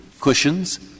Cushions